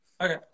Okay